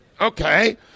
Okay